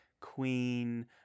queen